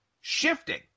shifting